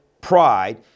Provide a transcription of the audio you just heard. pride